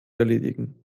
erledigen